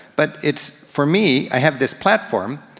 but it's, for me, i have this platform,